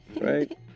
right